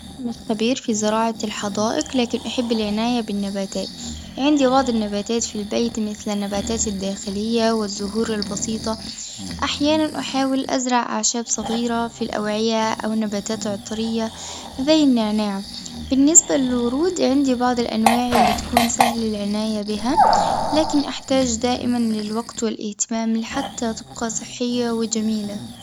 أنا مش خبير في زراعة الحدائق لكن أحب العناية بالنباتات، عندي بعض النباتات في البيت مثل النباتات الداخلية والزهور البسيطة، أحيانًا أحاول أزرع أعشاب صغيرة في الأوعية أو النباتات العطرية زي النعناع، بالنسبة للورود عندي بعض الأنواع اللي تكون سهل العناية بها لكن أحتاج دائمًا للوقت والاهتمام حتى تبقى صحية وجميلة.